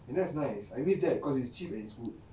and that's nice I miss that cause it's cheap and it's good